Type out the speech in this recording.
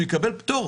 הוא יקבל פטור.